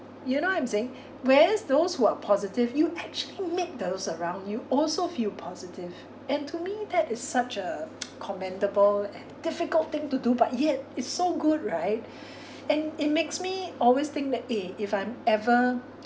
you know what I'm saying whereas those who are positive you actually make those around you also feel positive and to me that is such a commendable and difficult thing to do but yet it's so good right and it makes me always think that eh if I'm ever